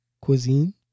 cuisine